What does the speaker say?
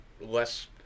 less